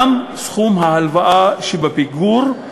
גם סכום ההלוואה שבפיגור,